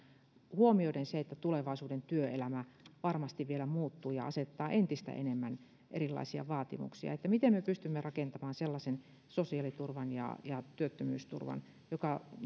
huomioiden se että tulevaisuuden työelämä varmasti vielä muuttuu ja asettaa entistä enemmän erilaisia vaatimuksia näitä kaikkia pitäisi nyt pystyä hyvin puhtaalta pöydältä tarkastelemaan ja miettimään miten me pystymme rakentamaan sellaisen sosiaaliturvan ja ja työttömyysturvan joka